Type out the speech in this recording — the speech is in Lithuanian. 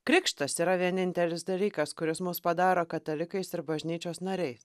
krikštas yra vienintelis dalykas kuris mus padaro katalikais ir bažnyčios nariais